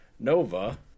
Nova